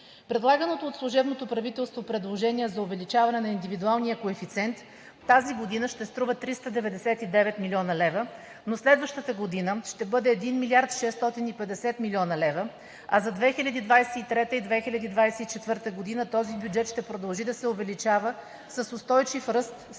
Предлаганото от служебното правителство предложение за увеличаване на индивидуалния коефициент тази година ще струва 399 млн. лв., но следващата година ще бъде 1 млрд. 650 млн. лв., а за 2023-а и 2024 г. този бюджет ще продължи да се увеличава с устойчив ръст